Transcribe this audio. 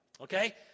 Okay